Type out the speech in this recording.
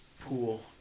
pool